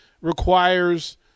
requires